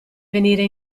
venire